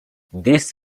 this